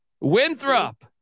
Winthrop